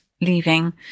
leaving